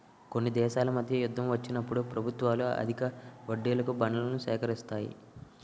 కొన్ని దేశాల మధ్య యుద్ధం వచ్చినప్పుడు ప్రభుత్వాలు అధిక వడ్డీలకు బాండ్లను సేకరిస్తాయి